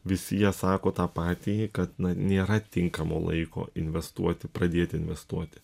visi jie sako tą patį kad nėra tinkamo laiko investuoti pradėti investuoti